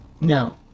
No